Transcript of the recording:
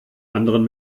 anderen